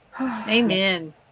amen